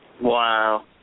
Wow